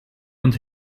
und